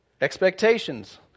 Expectations